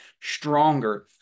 stronger